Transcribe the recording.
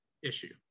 Issue